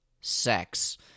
sex